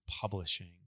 publishing